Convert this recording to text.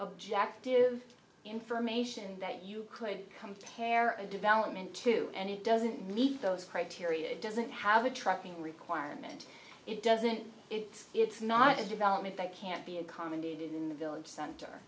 objective information that you could compare and development to and it doesn't meet those criteria it doesn't have a trucking requirement it doesn't it's it's not a development that can't be accommodated in the village center